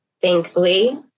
thankfully